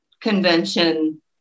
convention